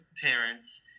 parents